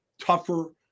tougher